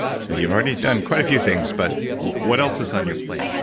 so you've already done quite a few things, but what else is on your plate?